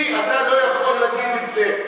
לי אתה לא יכול להגיד את זה.